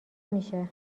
میشه